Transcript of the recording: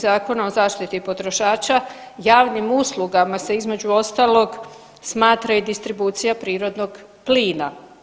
Zakona o zaštiti potrošača javnim uslugama se između ostalog smatra i distribucija prirodnog plina.